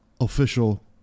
official